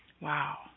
Wow